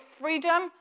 freedom